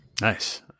Nice